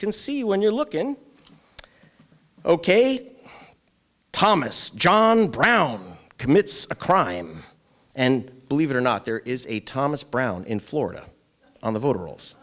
can see when you're looking ok thomas john brown commits a crime and believe it or not there is a thomas brown in florida on the